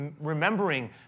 remembering